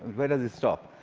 where does it stop?